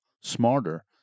smarter